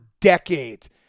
decades